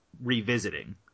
revisiting